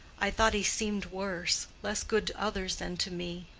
i thought he seemed worse less good to others than to me.